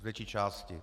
Z větší části.